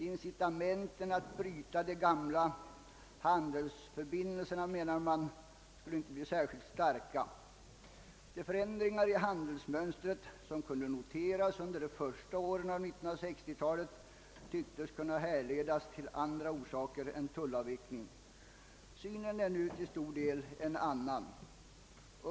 Incitamenten att bryta de gamla handelsförbindelserna, menade man, skulle inte bli särskilt starka. De förändringar i handelsmönstret som kunde noteras under de första åren av 1960-talet tycktes kunna härledas till andra orsaker än tullavvecklingen. Synen är nu till stor del en annan.